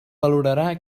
valorarà